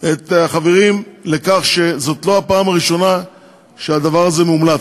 את החברים לכך שזאת לא הפעם הראשונה שהדבר הזה מומלץ.